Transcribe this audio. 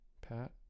Pat